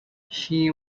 she